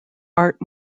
art